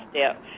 step